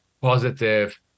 positive